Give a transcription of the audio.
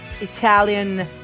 Italian